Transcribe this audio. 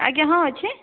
ଆଜ୍ଞା ହଁ ଅଛି